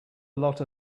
lot